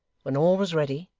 when all was ready,